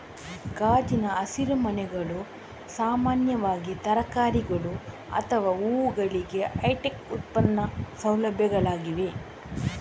ಗಾಜಿನ ಹಸಿರುಮನೆಗಳು ಸಾಮಾನ್ಯವಾಗಿ ತರಕಾರಿಗಳು ಅಥವಾ ಹೂವುಗಳಿಗೆ ಹೈಟೆಕ್ ಉತ್ಪಾದನಾ ಸೌಲಭ್ಯಗಳಾಗಿವೆ